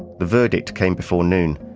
the verdict came before noon,